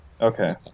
okay